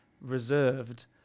reserved